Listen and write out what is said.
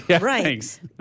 Right